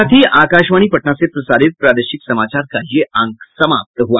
इसके साथ ही आकाशवाणी पटना से प्रसारित प्रादेशिक समाचार का ये अंक समाप्त हुआ